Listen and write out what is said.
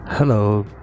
Hello